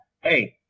hey